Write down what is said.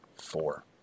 four